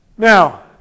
Now